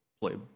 play